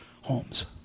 homes